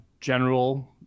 general